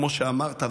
כמו שאמרת,